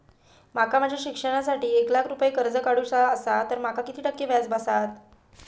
माका माझ्या शिक्षणासाठी एक लाख रुपये कर्ज काढू चा असा तर माका किती टक्के व्याज बसात?